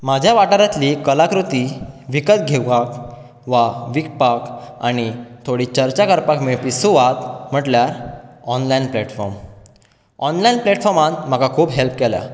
म्हाज्या वाठारांतली कलाकृती विकत घेवपाक वा विकपाक आनी थोडी चर्चा करपाक मेळपी सुवात म्हटल्यार ऑनलायन प्लॅटफोर्म ऑनलायन प्लॅटफोर्मान म्हाका खूब हॅल्प केल्या